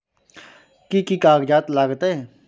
कि कि कागजात लागतै?